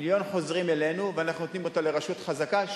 המיליון חזר אלינו ואנחנו נותנים אותו לרשות חזקה,